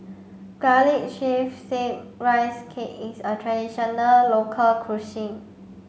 garlic chives steamed rice cake is a traditional local cuisine